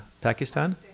Pakistan